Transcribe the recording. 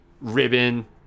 ribbon